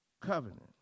covenant